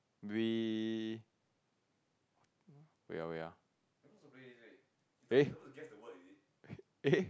we wait ah wait ah